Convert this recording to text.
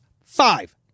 five